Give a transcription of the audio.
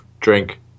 Drink